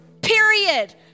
Period